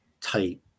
tight